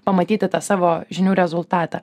pamatyti tą savo žinių rezultatą